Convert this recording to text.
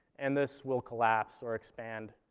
and this will collapse or expand.